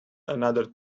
another